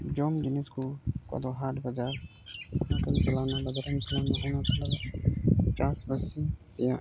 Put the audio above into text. ᱡᱚᱢ ᱡᱤᱱᱤᱥ ᱠᱚ ᱚᱠᱟ ᱫᱚ ᱦᱟᱴ ᱵᱟᱡᱟᱨ ᱚᱠᱟᱢ ᱪᱟᱞᱟᱣ ᱞᱮᱱᱟ ᱪᱟᱥᱵᱟᱥᱤ ᱨᱮᱭᱟᱜ